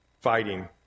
fighting